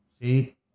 See